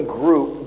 group